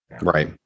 Right